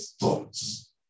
thoughts